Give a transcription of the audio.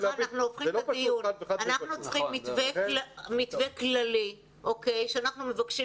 אנחנו צריכים מתווה כללי שאנחנו מבקשים